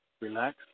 Relax